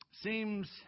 Seems